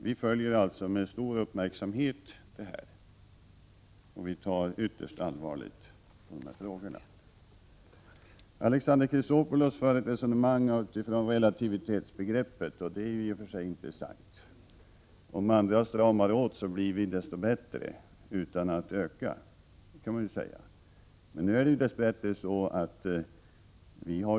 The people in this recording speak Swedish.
Vi följer alltså dessa frågor med stor uppmärksamhet, och vi tar ytterst allvarligt på dem. Alexander Chrisopoulos förde ett resonemang om relativitetsbegreppet, och det är i och för sig intressant. Om andra stramar åt, framstår vi som desto bättre utan att vi ökar våra insatser, sade Alexander Chrisopoulos. Det kan man naturligtvis säga.